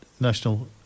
national